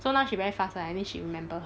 so now she very fast lah anyway she remember